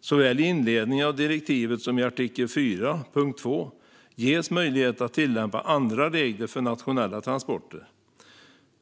Såväl i inledningen av direktivet som i artikel 4.2 ges möjlighet att tillämpa andra regler för nationella transporter.